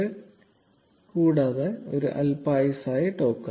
0417 കൂടാതെ ഒരു അല്പായുസ്സായ ടോക്കൺ